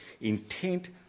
intent